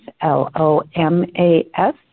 L-O-M-A-S